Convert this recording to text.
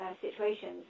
situations